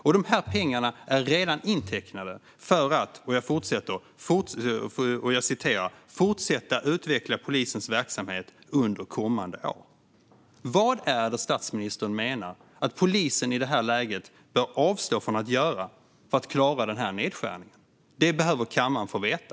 Pengarna är dessutom redan intecknade för "att fortsätta utveckla polisens verksamhet under kommande år". Vad menar statsministern att polisen, i det här läget, bör avstå från att göra för att klara nedskärningen? Det behöver kammaren få veta.